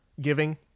giving